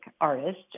artist